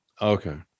Okay